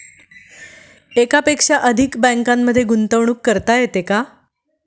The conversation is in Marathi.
एकापेक्षा अधिक बँकांमध्ये गुंतवणूक करता येते का?